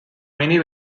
many